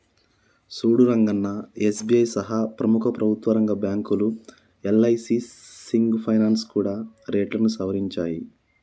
సూడు రంగన్నా ఎస్.బి.ఐ సహా ప్రముఖ ప్రభుత్వ రంగ బ్యాంకులు యల్.ఐ.సి సింగ్ ఫైనాల్స్ కూడా రేట్లను సవరించాయి